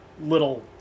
little